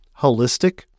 holistic